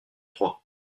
trois